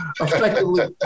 effectively